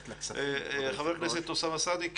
חבר הכנסת אוסאמה סעדי.